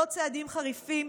לא צעדים חריפים